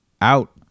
out